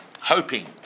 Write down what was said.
hoping